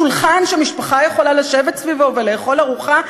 שולחן שמשפחה יכולה לשבת סביבו ולאכול ארוחה,